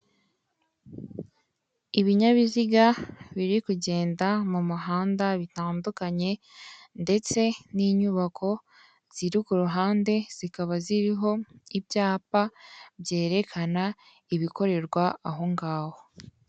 Ibinyabiziga biri kugenda mu muhanda bitandukanye ndetse n'inyubako ziri ku ruhande, zikaba ziriho ibyapa byerekana ibikorerwa aho ngaho.